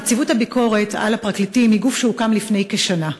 נציבות הביקורת על הפרקליטים היא גוף שהוקם לפני כשנה.